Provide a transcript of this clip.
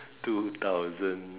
two thousand